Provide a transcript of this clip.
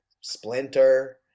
Splinter